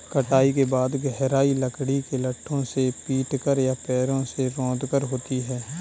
कटाई के बाद गहराई लकड़ी के लट्ठों से पीटकर या पैरों से रौंदकर होती है